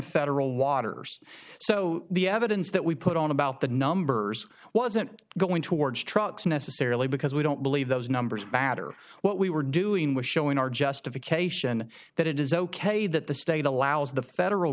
federal waters so the evidence that we put on about the numbers wasn't going towards trucks necessarily because we don't believe those numbers batter what we were doing was showing our justification that it is ok that the state allows the federal